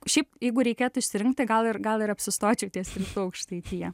šiaip jeigu reikėtų išsirinkt tai gal ir gal ir apsistočiau ties rytų aukštaitija